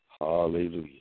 hallelujah